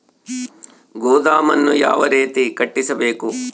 ಗೋದಾಮನ್ನು ಯಾವ ರೇತಿ ಕಟ್ಟಿಸಬೇಕು?